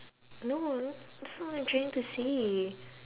no that's not what I'm trying to say